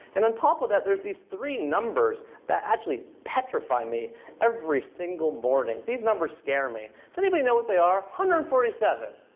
and on top of that, there's these three numbers that actually petrify me every single morning. these numbers scare me. does anybody know what they are? one hundred and forty seven.